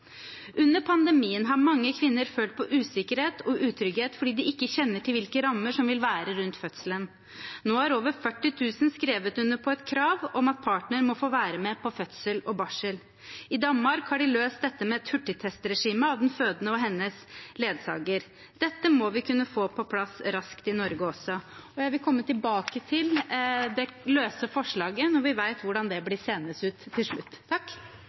Under pandemien har mange kvinner følt på usikkerhet og utrygghet fordi de ikke kjenner til hvilke rammer som vil være rundt fødselen. Nå har over 40 000 skrevet under på et krav om at partner må få være med på fødsel og barsel. I Danmark har de løst dette med et hurtigtestregime av den fødende og hennes ledsager. Dette må vi kunne få på plass raskt i Norge også. Jeg vil komme tilbake til det løse forslaget når vi vet hvordan det blir seende ut til slutt.